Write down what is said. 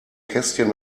kästchen